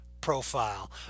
profile